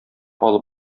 алып